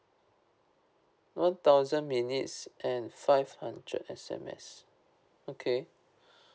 one thousand minutes and five hundred S_M_S okay